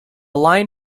line